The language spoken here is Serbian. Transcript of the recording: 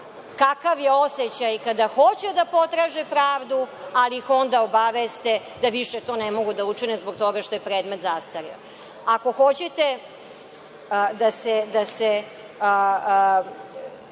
kakav je osećaj kada hoće da potraže pravdu, ali ih onda obaveste da više to ne mogu da učine zato što je predmet zastareo. Predsednica je